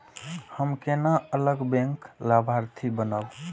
हम केना अलग बैंक लाभार्थी बनब?